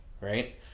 right